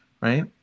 Right